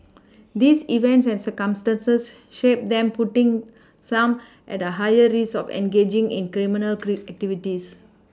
these events and circumstances shape them putting some at a higher risk of engaging in criminal Cree activities